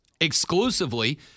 exclusively